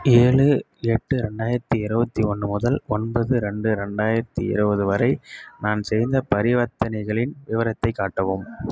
ஏழு எட்டு ரெண்டாயிரத்தி இருபத்தி ஒன்று முதல் ஒன்பது ரெண்டு ரெண்டாயிரத்தி இருபது வரை நான் செய்த பரிவர்த்தனைகளின் விவரத்தை காட்டவும்